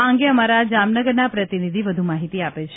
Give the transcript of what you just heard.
આ અંગે અમારા જામનગરના પ્રતિનિધિ વધુ માહિતી આપે છે